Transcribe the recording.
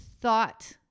thought